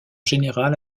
général